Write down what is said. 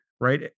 right